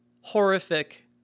horrific